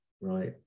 right